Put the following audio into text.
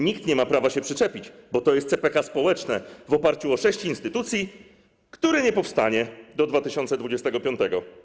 Nikt nie ma prawa się przyczepić, bo to jest CPK społeczne, w oparciu o sześć instytucji, które nie powstanie do 2025.